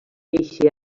eixe